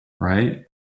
right